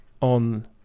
on